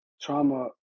Trauma